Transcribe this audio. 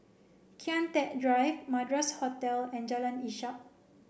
Kian Teck Drive Madras Hotel and Jalan Ishak